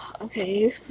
Okay